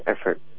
effort